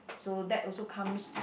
so that also comes